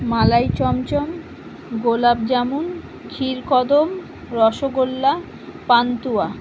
মালাই chamcham gulab jamun khirkadam rasgulla pantua